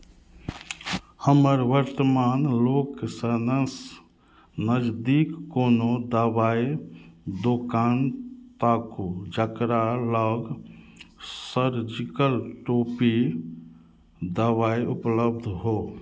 हमर वर्तमान लोकशनसँ नजदीक कोनो दवाइ दोकान ताकू जकरा लग सर्जिकल टोपी दवाइ उपलब्ध हो